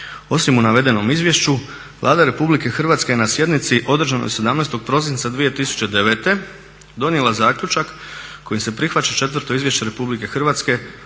Osim u navedenom izvješću Vlada RH je na sjednici održanoj 17. prosinca 2009. donijela zaključak kojim se prihvaća četvrto izvješće RH o primjeni